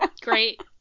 Great